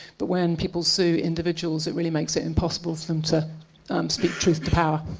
but when people sue individuals it really makes it impossible for them to speak truth to power.